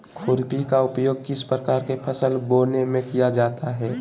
खुरपी का उपयोग किस प्रकार के फसल बोने में किया जाता है?